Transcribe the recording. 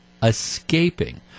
escaping